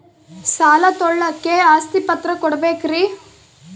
ಸಾಲ ತೋಳಕ್ಕೆ ಆಸ್ತಿ ಪತ್ರ ಕೊಡಬೇಕರಿ?